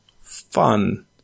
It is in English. fun